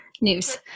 News